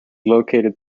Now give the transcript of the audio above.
located